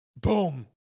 Boom